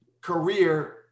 career